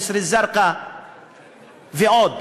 ג'סר-א-זרקא ועוד,